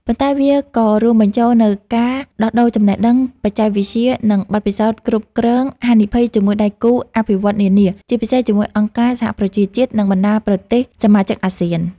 ប៉ុន្តែវាក៏រួមបញ្ចូលនូវការដោះដូរចំណេះដឹង បច្ចេកវិទ្យា និងបទពិសោធន៍គ្រប់គ្រងហានិភ័យជាមួយដៃគូអភិវឌ្ឍន៍នានា ជាពិសេសជាមួយអង្គការសហប្រជាជាតិ និងបណ្ដាប្រទេសសមាជិកអាស៊ាន។